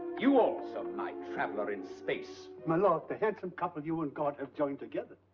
you also, my traveler in space! my lord, the handsome couple you and god have joined together.